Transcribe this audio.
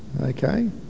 Okay